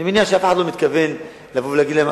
אני מניח שאף אחד לא מתכוון להגיד להם,